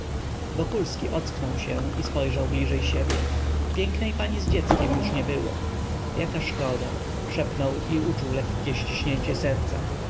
kościół wokulski ocknął się i spojrzał bliżej siebie pięknej pani z dzieckiem już nie było jaka szkoda szepnął i uczuł lekkie ściśnięcie serca